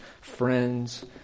friends